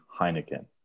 Heineken